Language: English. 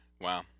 Wow